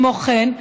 כמו כן,